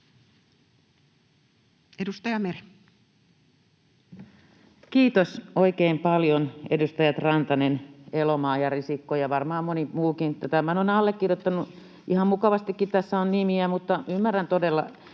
Content: Kiitos oikein paljon, edustajat Rantanen, Elomaa ja Risikko ja varmaan moni muukin. Tämä on allekirjoitettu, ihan mukavastikin tässä on nimiä. Mutta ymmärrän todella,